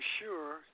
sure